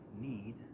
need